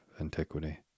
antiquity